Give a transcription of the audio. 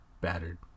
battered